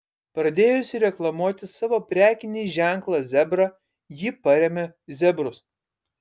pradėjusi reklamuoti savo prekinį ženklą zebra ji parėmė zebrus